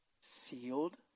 Sealed